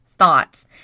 Thoughts